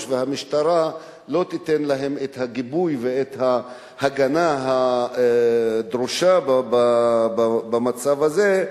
והמשטרה לא תיתן להן את הגיבוי ואת ההגנה הדרושים במצב הזה.